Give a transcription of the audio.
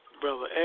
Brother